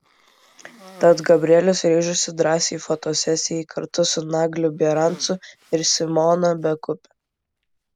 tad gabrielius ryžosi drąsiai fotosesijai kartu su nagliu bierancu ir simona bekupe